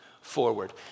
forward